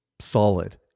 solid